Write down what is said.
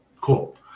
Cool